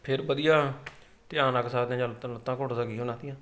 ਫਿਰ ਵਧੀਆ ਧਿਆਨ ਰੱਖ ਸਕਦੇ ਹਾਂ ਜਾਂ ਲੱਤਾਂ ਘੁੱਟ ਸਕੀਏ ਉਹਨਾਂ ਦੀਆਂ